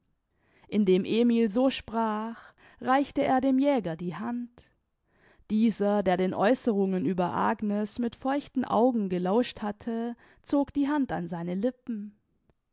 indem emil so sprach reichte er dem jäger die hand dieser der den aeußerungen über agnes mit feuchten augen gelauscht hatte zog die hand an seine lippen